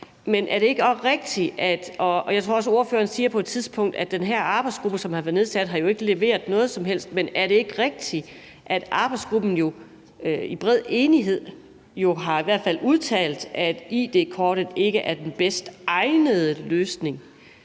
Men er det ikke rigtigt, at arbejdsgruppen i hvert fald i bred enighed har udtalt, at id-kortet ikke er den bedst egnede løsning,